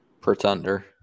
pretender